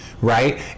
Right